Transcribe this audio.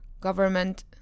government